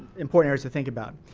important areas to think about.